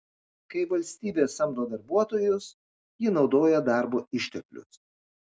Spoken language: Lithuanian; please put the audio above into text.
kai valstybė samdo darbuotojus ji naudoja darbo išteklius